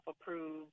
approved